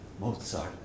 Mozart